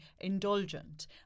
indulgent